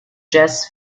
jazz